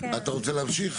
את אומרת